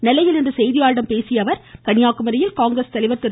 நெல்லையில் இன்று செய்தியாளர்களிடம் பேசிய அவர் கன்னியாகுமரியில் காங்கிரஸ் தலைவர் திரு